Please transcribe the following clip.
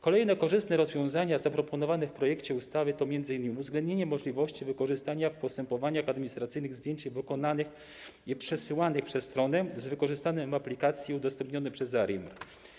Kolejne korzystne rozwiązania zaproponowane w projekcie ustawy to m.in. uwzględnienie możliwości wykorzystania w postępowaniach administracyjnych zdjęć wykonanych i przesyłanych przez stronę z wykorzystaniem aplikacji udostępnionej przez ARiMR.